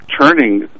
turning